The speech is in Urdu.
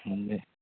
ہوں جی